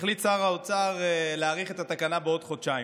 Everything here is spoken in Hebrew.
החליט שר האוצר להאריך את התקנה בעוד חודשיים.